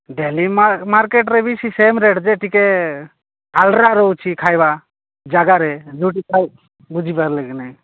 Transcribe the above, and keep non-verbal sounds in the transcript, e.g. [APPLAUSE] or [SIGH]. daily ମାର୍କେଟରେ ସେଇ same rate ଯେ ଟିକେ [UNINTELLIGIBLE] ରହୁଛି ଖାଇବା ଜାଗାରେ ଯୋଉଠି [UNINTELLIGIBLE] ବୁଝିପାରିଲ କି ନାହିଁ